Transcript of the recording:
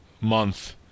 month